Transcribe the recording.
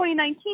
2019